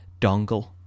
dongle